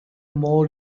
more